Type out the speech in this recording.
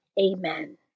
Amen